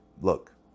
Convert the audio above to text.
look